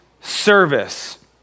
service